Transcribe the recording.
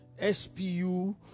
SPU